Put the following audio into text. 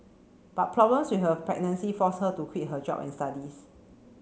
but problems with her pregnancy forced her to quit her job and studies